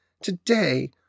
today